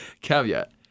Caveat